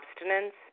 abstinence